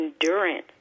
endurance